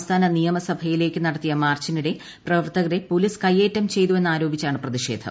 സംസ്ഥാന നിയമസഭയിലേക്ക് നടത്തിയ മാർച്ചിനിടെ പ്രവർത്തകരെ പൊലീസ് കയ്യേറ്റം ചെയ്തുവെന്നാരോപിച്ചാണ് പ്രതിഷേധം